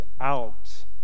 out